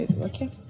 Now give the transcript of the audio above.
okay